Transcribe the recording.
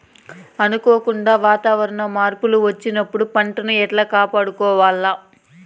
అనుకోకుండా వాతావరణ మార్పులు వచ్చినప్పుడు పంటను ఎట్లా కాపాడుకోవాల్ల?